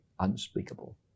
unspeakable